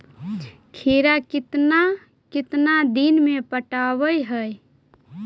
खिरा केतना केतना दिन में पटैबए है?